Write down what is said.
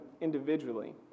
individually